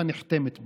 נחתמת בו,